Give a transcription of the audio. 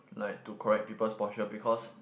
like to collect people's brochure because